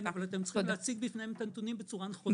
אבל אתם צריכים להציג בפניהם את הנתונים בצורה נכונה.